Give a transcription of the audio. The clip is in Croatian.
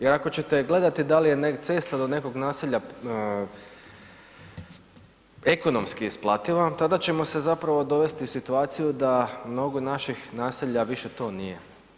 Jer ako ćete gledati da li je cesta do nekog naselja ekonomski isplativa tada ćemo se zapravo dovesti u situaciju da mnogo naših naselja više to nije.